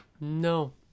No